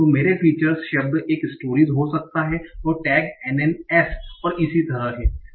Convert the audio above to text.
तो मेरे फीचर शब्द एक stories हो सकता है और टैग NNS और इसी तरह है